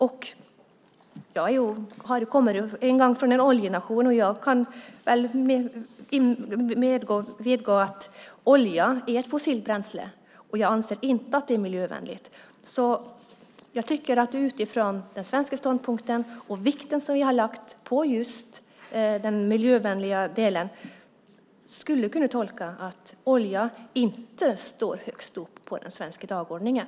Jag kommer från en oljenation och kan medge att olja är ett fossilt bränsle, och jag anser inte att det är miljövänligt. Jag tycker att utifrån den svenska ståndpunkten och den vikt som vi har lagt på just det miljövänliga skulle detta kunna tolkas som att olja inte står högst upp på den svenska dagordningen.